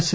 yes